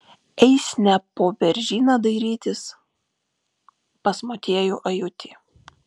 eis ne po beržyną dairytis pas motiejų ajutį